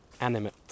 Animate